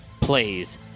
plays